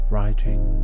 Writing